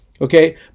Okay